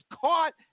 caught